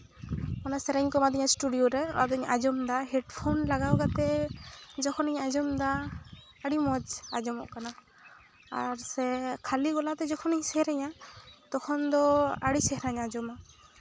ᱚᱱᱟ ᱥᱮᱨᱮᱧ ᱠᱚ ᱮᱢᱟᱫᱤᱧᱟ ᱤᱥᱴᱩᱰᱤᱭᱳ ᱨᱮ ᱟᱫᱩᱧ ᱟᱸᱡᱚᱢᱫᱟ ᱦᱮᱰᱯᱷᱳᱱ ᱞᱟᱜᱟᱣ ᱠᱟᱛᱮᱫ ᱡᱚᱠᱷᱚᱱᱤᱧ ᱟᱸᱡᱚᱢᱫᱟ ᱟᱹᱰᱤ ᱢᱚᱡᱽ ᱟᱸᱡᱚᱢᱚᱜ ᱟᱨ ᱥᱮ ᱠᱷᱟᱹᱞᱤ ᱜᱚᱞᱟᱛᱮ ᱡᱚᱠᱷᱚᱱᱤᱧ ᱥᱮᱨᱮᱧᱟ ᱛᱚᱠᱷᱚᱱ ᱫᱚ ᱟᱹᱰᱤ ᱪᱮᱦᱨᱟᱧ ᱟᱸᱡᱚᱢᱟ